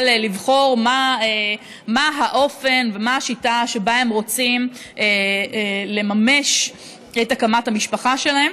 לבחור מה האופן ומה השיטה שבה הם רוצים לממש את הקמת המשפחה שלהם,